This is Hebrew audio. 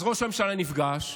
אז ראש הממשלה נפגש,